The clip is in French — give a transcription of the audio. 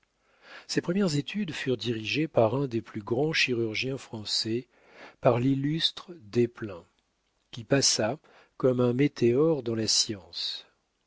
ses premières études furent dirigées par un des plus grands chirurgiens français par l'illustre desplein qui passa comme un météore dans la science